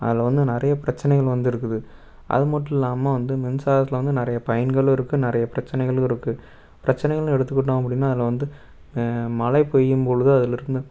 அதில் வந்து நிறைய பிரச்சனைகள் வந்து இருக்குது அதுமட்டும் இல்லாமல் வந்து மின்சாரத்தில் வந்து நிறைய பயன்களும் இருக்கு நிறையப் பிரச்சனைகளும் இருக்கு பிரச்சனைகள்ன்னு எடுத்துக்கிட்டோம் அப்படின்னா அதில் வந்து மழை பெய்யும்பொழுது அதில் இருக்குனனு